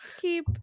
keep